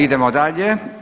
Idemo dalje.